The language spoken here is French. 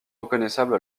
reconnaissables